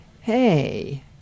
hey